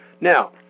Now